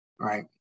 Right